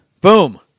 Boom